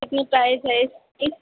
کتنی پرائز ہے اس کی